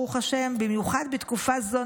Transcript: ברוך השם: במיוחד בתקופה זו,